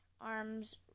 arms